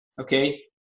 okay